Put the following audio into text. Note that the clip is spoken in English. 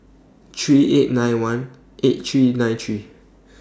three eight nine one eight three nine three